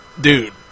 Dude